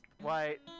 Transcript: white